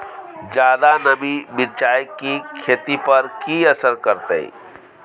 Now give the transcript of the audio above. ज्यादा नमी मिर्चाय की खेती पर की असर करते?